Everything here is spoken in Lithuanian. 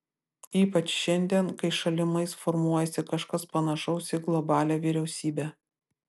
ypač šiandien kai šalimais formuojasi kažkas panašaus į globalią vyriausybę